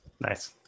nice